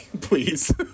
Please